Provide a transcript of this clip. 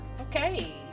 Okay